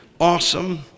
awesome